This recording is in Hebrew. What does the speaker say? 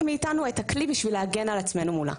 מאיתנו את הכלי בשביל להגן על עצמנו מולה.